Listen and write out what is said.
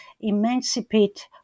emancipate